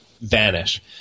vanish